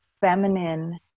feminine